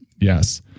yes